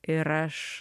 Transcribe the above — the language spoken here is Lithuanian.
ir aš